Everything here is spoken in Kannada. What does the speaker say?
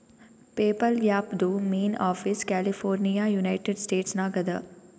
ಪೇಪಲ್ ಆ್ಯಪ್ದು main office California United States ನಾಗ್ ಅದಾ